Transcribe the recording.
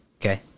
Okay